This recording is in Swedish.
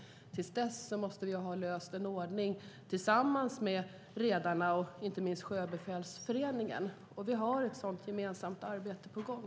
Till dess måste vi få fram en ordning tillsammans med Sveriges Redareförening och Sjöbefälsföreningen. Vi har ett sådant gemensamt arbete på gång.